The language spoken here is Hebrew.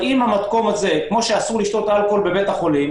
כמו שאסור לשתות אלכוהול בבית החולים,